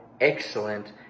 excellent